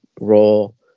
Role